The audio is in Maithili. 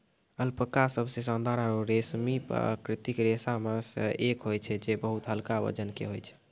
अल्पका सबसें शानदार आरु रेशमी प्राकृतिक रेशा म सें एक होय छै जे बहुत हल्का वजन के होय छै